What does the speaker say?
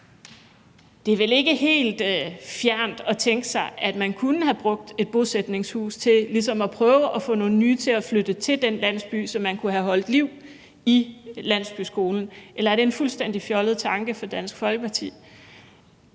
Det er vel ikke helt fjernt at tænke sig, at man kunne have brugt et bosætningshus til ligesom at prøve at få nogle nye til at flytte til den landsby, så man kunne have holdt liv i landsbyskolen, eller er det en fuldstændig fjollet tanke for Dansk Folkeparti?